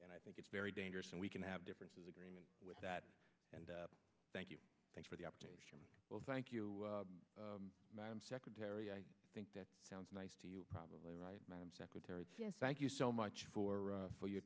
and i think it's very dangerous and we can have differences agreement with that and thank you thanks for the update well thank you madam secretary i think that sounds nice to you probably right madam secretary thank you so much for for your